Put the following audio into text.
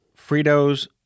Fritos